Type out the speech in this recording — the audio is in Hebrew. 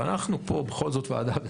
אנחנו פה בכל זאת ועדה,